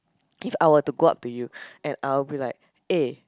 if I were to go up to you and I will be like eh